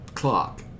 clock